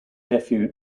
nephew